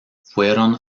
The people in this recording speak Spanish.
fueron